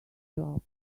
job